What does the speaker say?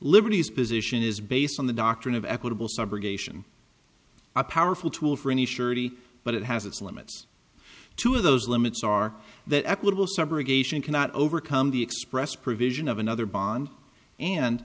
liberty's position is based on the doctrine of equitable subrogation a powerful tool for any surety but it has its limits two of those limits are that equitable subrogation cannot overcome the express provision of another bond and